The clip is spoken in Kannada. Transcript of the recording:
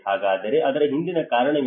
ಹಾಗಾದರೆ ಅದರ ಹಿಂದಿನ ಕಾರಣವೇನು